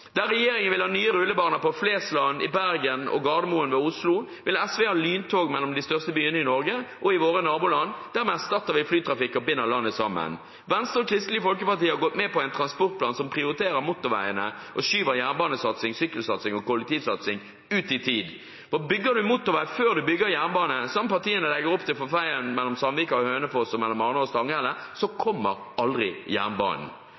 Der regjeringen vil ha nye rullebaner på Flesland ved Bergen og på Gardermoen ved Oslo, vil SV ha lyntog mellom de største byene i Norge og til våre naboland. Dermed erstatter vi flytrafikken og binder landet sammen. Venstre og Kristelig Folkeparti har gått med på en transportplan som prioriterer motorveiene og skyver jernbanesatsing, sykkelsatsing og kollektivtransportsatsing ut i tid. Bygger man motorvei før man bygger jernbane, som de samme partiene legger opp til for veien mellom Sandvika og Hønefoss og mellom Arendal og Stanghelle, kommer aldri jernbanen.